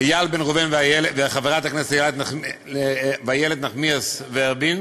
איל בן ראובן וחברת הכנסת איילת נחמיאס ורבין